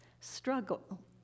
struggle